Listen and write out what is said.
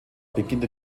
beginnt